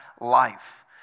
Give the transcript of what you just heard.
life